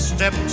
Step